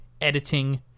editing